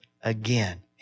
again